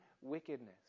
wickedness